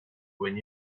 when